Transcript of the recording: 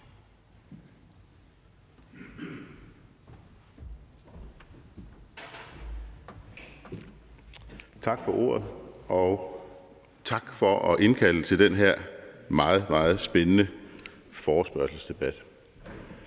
Tak for ordet, og tak for at indkalde til den her meget, meget spændende forespørgselsdebat.